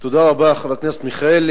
תודה רבה, חבר הכנסת מיכאלי.